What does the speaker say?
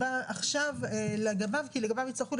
בפסקה (1) המילים "הכנסה עד לסכום של 614,400 שקלים חדשים" יימחקו,